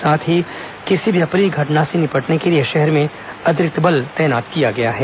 साथ ही किसी भी अप्रिय घटना से निपटने के लिए शहर में अतिरिक्त बल तैनात किया जा रहा है